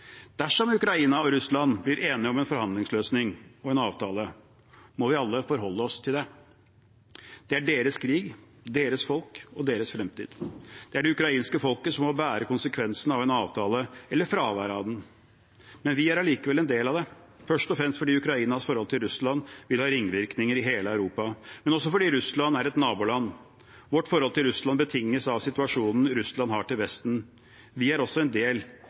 Dersom Ukraina og Russland blir enige om en forhandlingsløsning og en avtale, må vi alle forholde oss til det. Det er deres krig, deres folk og deres fremtid. Det er det ukrainske folket som må bære konsekvensene av en avtale eller fravær av den, men vi er allikevel en del av det – først og fremst fordi Ukrainas forhold til Russland vil ha ringvirkninger i hele Europa, men også fordi Russland er et naboland. Vårt forhold til Russland betinges av situasjonen Russland har til Vesten. Vi er også en del